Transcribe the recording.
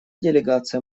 делегация